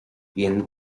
bíonn